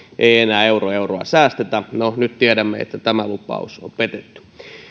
enää euron euroa säästetä no nyt tiedämme että tämä lupaus on petetty